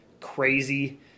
crazy